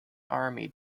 army